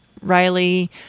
Riley